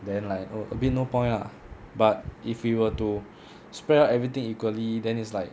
then like oh a bit no point lah but if we were to spread out everything equally then is like